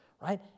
right